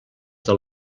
del